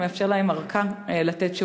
גם לאפשר להם ארכה לתת תשובה.